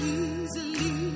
easily